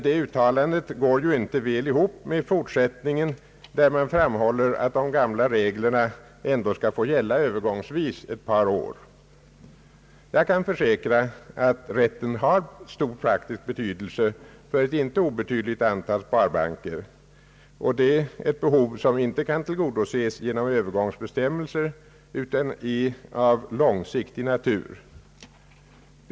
Det uttalandet går emellertid inte väl ihop med fortsättningen i utskottets skrivning, där ut skottet framhåller att de gamla reglerna skall få gälla övergångsvis ett par år. Jag kan försäkra att rätten har stor praktisk betydelse för ett inte obetydligt antal sparbanker. Det är ett behov som inte kan tillgodoses genom övergångsbestämmelser utan är av långsiktig natur.